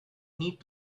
need